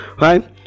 Right